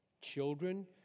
children